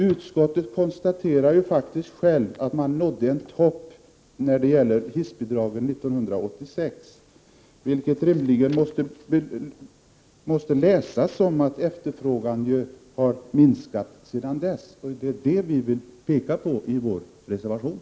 Utskottet konstaterar faktiskt att man nådde en topp när det gäller hissbidragen år 1986, vilket rimligen måste tolkas som att efterfrågan har minskat sedan dess. Det vill vi peka på i vår reservation.